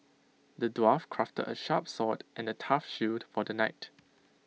the dwarf crafted A sharp sword and A tough shield for the knight